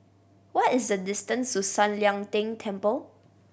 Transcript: what is the distance to San Lian Deng Temple